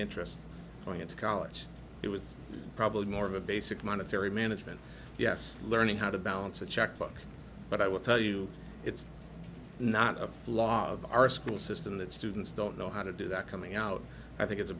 interest going into college it was probably more of a basic monetary management yes learning how to balance a checkbook but i will tell you it's not a flaw of our school system that students don't know how to do that coming out i think it's a